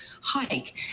hike